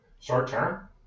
short-term